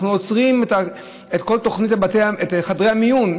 אנחנו עוצרים את כל חדרי המיון.